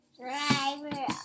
driver